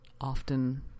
often